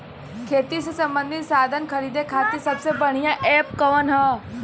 खेती से सबंधित साधन खरीदे खाती सबसे बढ़ियां एप कवन ह?